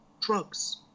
drugs